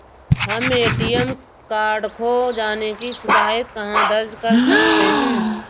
हम ATM card खो जाने की शिकायत कहाँ दर्ज कर सकते हैं?